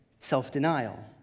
Self-denial